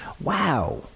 Wow